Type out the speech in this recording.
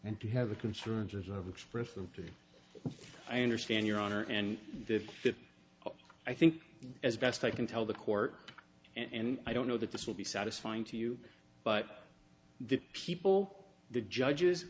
and do have the concerns of express them today i understand your honor and that i think as best i can tell the court and i don't know that this will be satisfying to you but the people the judges